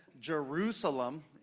Jerusalem